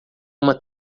uma